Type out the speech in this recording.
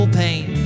pain